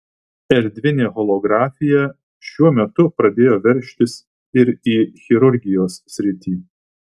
erdvinė holografija šiuo metu pradėjo veržtis ir į chirurgijos sritį